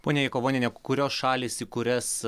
ponia jakavoniene kurios šalys į kurias